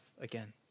again